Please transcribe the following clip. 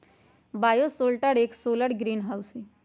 bioshelter एक solar greenhouse हई